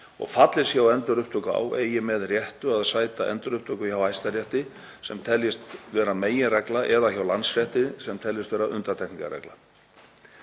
fallist sé á endurupptöku á eigi með réttu að sæta endurupptöku hjá Hæstarétti sem teljist vera meginregla eða hjá Landsrétti sem teljist vera undantekningarregla.